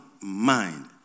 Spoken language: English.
mind